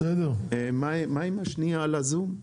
מה עם השנייה שבזום?